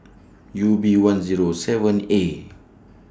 U B one Zero seven A